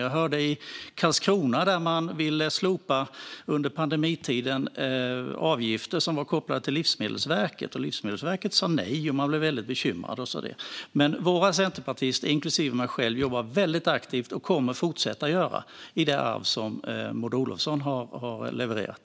Jag hörde att man i Karlskrona under pandemitiden ville slopa avgifter som var kopplade till Livsmedelsverket. Men Livsmedelsverket sa nej, och man blev väldigt bekymrad. Våra centerpartister, inklusive jag själv, jobbar dock väldigt aktivt och kommer att fortsätta att göra det med det arv som Maud Olofsson har levererat.